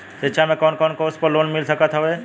शिक्षा मे कवन कवन कोर्स पर लोन मिल सकत हउवे?